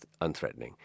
unthreatening